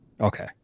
Okay